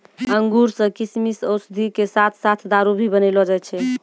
अंगूर सॅ किशमिश, औषधि के साथॅ साथॅ दारू भी बनैलो जाय छै